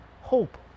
hope